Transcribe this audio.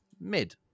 mid